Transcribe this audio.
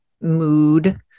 mood